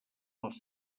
els